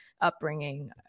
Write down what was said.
upbringing